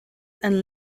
and